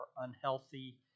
unhealthy